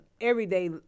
everyday